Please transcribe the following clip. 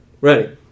Ready